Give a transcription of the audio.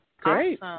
Great